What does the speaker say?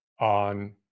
on